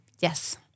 Yes